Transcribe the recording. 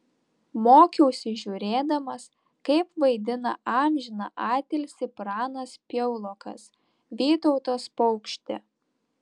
mokiausi žiūrėdamas kaip vaidina amžiną atilsį pranas piaulokas vytautas paukštė